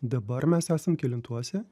dabar mes esam kelintuose